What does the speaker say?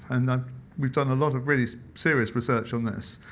and um we've done a lot of really serious research on this,